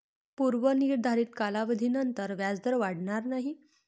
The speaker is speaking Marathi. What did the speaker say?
पूर्व निर्धारित कालावधीनंतर व्याजदर वाढणार नाही